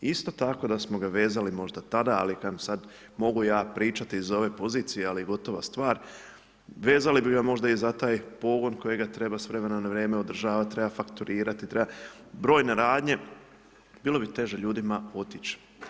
Isto tako da smo ga vezali možda tada, ali kažem, mogu ja pričati iz ove pozicije ali je gotova stvar, vezali bi ga možda i za taj pogon kojega treba s vremena na vrijeme održavat, treba fakturirat, treba brojne radnje, bilo bi teže ljudima otići.